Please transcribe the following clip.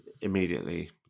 immediately